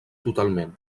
totalment